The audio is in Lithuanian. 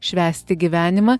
švęsti gyvenimą